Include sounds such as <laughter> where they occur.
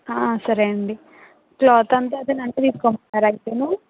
ఆ సరే అండీ క్లాత్ అంతా <unintelligible>